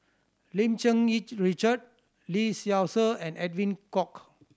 Lim Cherng Yih Richard Lee Seow Ser and Edwin Koek